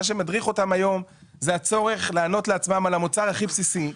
שמדריך אותם היום זה הצורך לענות לעצמם על המוצר הכי בסיסי.